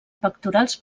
pectorals